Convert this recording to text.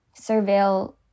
surveil